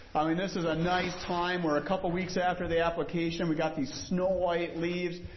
i mean this is a nice time, we're a couple weeks after the application, we've got these snow white leaves.